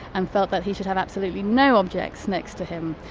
and felt that he should have absolutely no objects next to him.